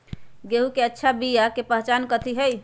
गेंहू के अच्छा बिया के पहचान कथि हई?